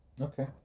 Okay